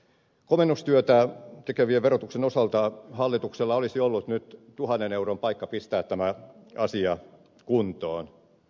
komennustyötä tekevien verotuksen osalta hallituksella olisi ollut nyt tuhannen euron paikka pistää tämä asia kuntoon